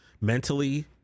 mentally